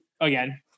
again